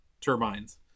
turbines